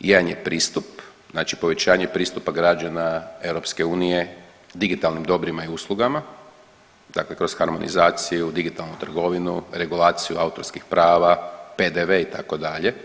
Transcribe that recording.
Jedan je pristup, znači povećanje pristupa građana EU digitalnim dobrima i uslugama, dakle kroz harmonizaciju, digitalnu trgovinu, regulaciju autorskih prava, PDV, itd.